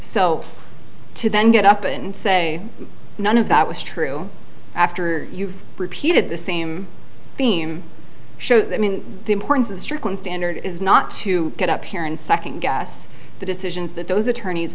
so to then get up and say none of that was true after you've repeated the same theme show that mean the importance of strickland standard is not to get up here and second guess the decisions that those attorneys